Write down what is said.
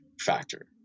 factor